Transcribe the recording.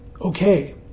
okay